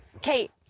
Kate